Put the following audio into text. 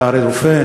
אתה הרי רופא,